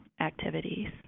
activities